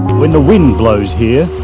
when the wind blows here,